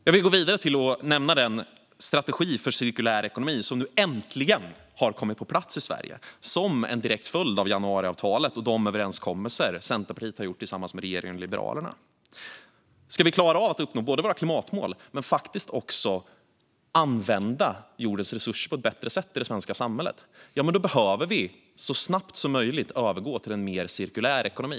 Jag vill gå vidare till att nämna den strategi för cirkulär ekonomi som nu äntligen har kommit på plats i Sverige som en direkt följd av januariavtalet och de överenskommelser Centerpartiet har gjort tillsammans med regeringen och Liberalerna. Ska vi klara av att uppnå våra klimatmål men också att använda jordens resurser på ett bättre sätt i det svenska samhället, då behöver vi så snabbt som möjligt övergå till en mer cirkulär ekonomi.